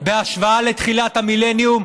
בהשוואה לתחילת המילניום,